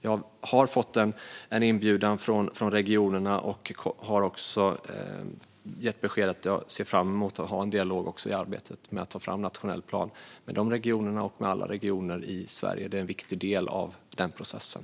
Jag har fått en inbjudan från regionerna och har gett besked att jag ser fram emot att ha en dialog också i arbetet med att ta fram en nationell plan med de regionerna och med alla regioner i Sverige. Det är en viktig del av den processen.